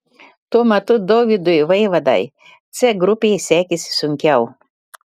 tuo metu dovydui vaivadai c grupėje sekėsi sunkiau